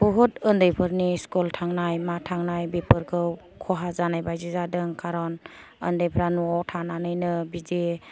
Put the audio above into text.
बुहुथ उन्दैफोरनि स्कुल थांनाय मा थांनाय खहा जानाय बायदि जादों कारन उन्दैफ्रा न'आव थानानैनो बिदि